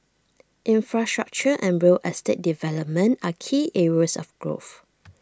infrastructure and real estate development are key areas of growth